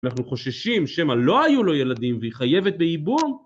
ואנחנו חוששים, שמע, לא היו לו ילדים, והיא חייבת בייבום?